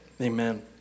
Amen